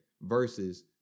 versus